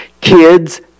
kids